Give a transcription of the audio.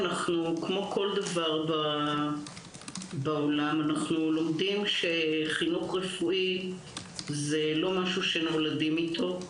כמו כל דבר בעולם אנחנו לומדים שחינוך רפואי זה לא משהו שנולדים איתו.